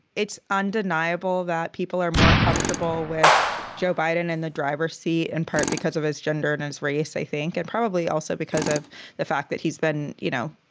it's undeniable that people are more comfortable with joe biden in the driver's seat, in and part because of his gender and his race, i think, and probably also because of the fact that he's then, you know,